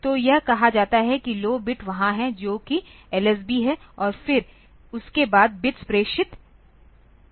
तो यह कहा जाता है कि लौ बिट वहाँ है जो कि एलएसबी है और फिर उसके बाद बिट्स प्रेषित होते हैं